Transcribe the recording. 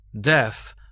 Death